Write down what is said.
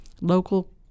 local